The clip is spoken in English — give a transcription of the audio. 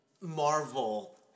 Marvel